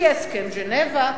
שיהיה הסכם ז'נבה.